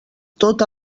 tota